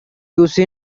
use